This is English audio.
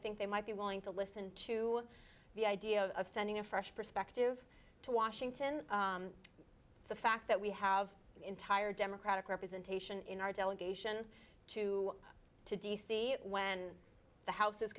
think they might be willing to listen to the idea of sending a fresh perspective to washington the fact that we have entire democratic representation in our delegation to to d c when the house is